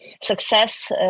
success